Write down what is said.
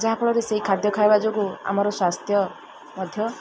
ଯାହାଫଳରେ ସେଇ ଖାଦ୍ୟ ଖାଇବା ଯୋଗୁଁ ଆମର ସ୍ୱାସ୍ଥ୍ୟ ମଧ୍ୟ